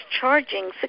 charging